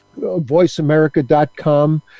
voiceamerica.com